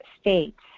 states